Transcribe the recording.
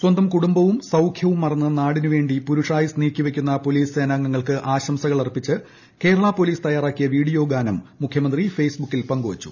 സ്വന്തം കുടുംബവും സൌഖ്യവുമൊക്കെ മറന്ന് നാടിനുവേണ്ടി ഒരു പുരുഷായുസ്സ് നീക്കിവയ്ക്കുന്ന പോലീസ് സേനാംഗങ്ങൾക്ക് ആശംസകൾ അർപ്പിച്ച് കേരളാ പോലീസ് തയ്യാറാക്കിയ വീഡിയോ ഗാനം മുഖ്യമന്ത്രി ഫെയ്സ്ബുക്കിൽ പങ്കുവച്ചു